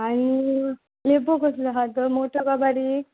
आनी लेपो कसल्यो हां त्यो मोट्यो काय बारीक